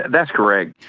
that's correct.